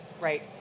right